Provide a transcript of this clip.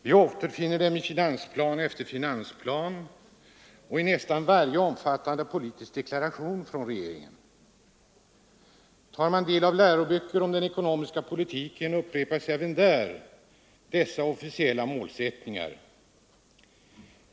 Vi återfinner dem i finansplan efter finansplan och i nästan varje omfattande politisk deklaration från regeringen. Tar man del av läroböcker om den ekonomiska politiken upprepas även där dessa officiella målsättningar.